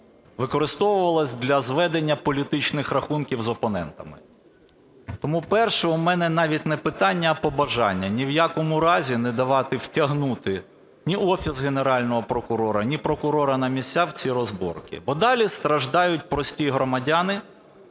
використовувалась для зведення політичних рахунків з опонентами. Тому перше у мене навіть не питання, а побажання. Ні в якому разі не давати втягнути ні Офіс Генерального прокурора, ні прокурорів на місцях в ці розборки, бо далі страждають прості громадяни.